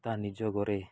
ତା ନିଜ ଘରେ